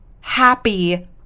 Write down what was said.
happy